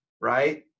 right